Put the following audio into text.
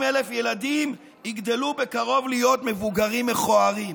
20,000 ילדים יגדלו בקרוב להיות מבוגרים מכוערים.